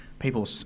people